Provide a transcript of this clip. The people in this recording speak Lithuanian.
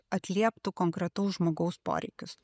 atlieptų konkretaus žmogaus poreikius